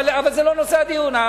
אבל זה לא נושא הדיון.